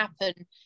happen